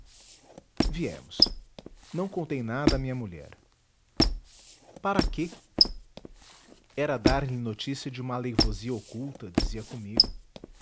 viemos não contei nada a minha mulher para quê era dar-lhe notícia de uma aleivosia oculta dizia comigo